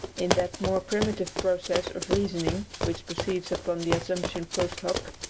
in that more primitive process of reasoning which proceeds upon the assumption post hoc,